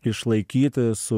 išlaikyti su